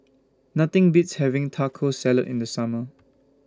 Nothing Beats having Taco Salad in The Summer